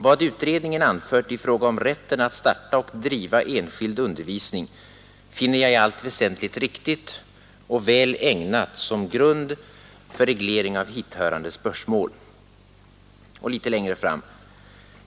——— Vad utredningen anfört i fråga om rätten att starta och driva enskild undervisning finner jag i allt väsentligt riktigt och väl ägnat som grund för reglering av hithörande spörsmål.